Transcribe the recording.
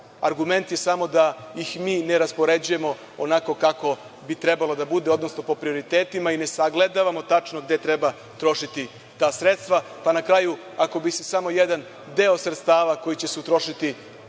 Argument je samo da ih mi ne raspoređujemo onako kako bi trebalo da bude, odnosno po prioritetima, ne sagledavamo tačno gde treba trošiti ta sredstva, pa na kraju, ako bi se samo jedan deo sredstava koji će se utrošiti